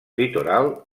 litoral